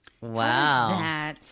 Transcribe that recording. Wow